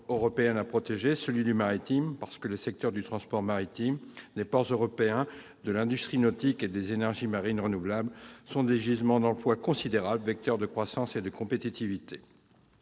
particulier à ses intérêts maritimes, parce que les secteurs du transport maritime, des ports européens, de l'industrie nautique et des énergies marines renouvelables sont des gisements d'emplois considérables, vecteurs de croissance et de compétitivité.